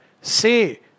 say